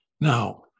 Now